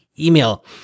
email